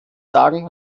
sagen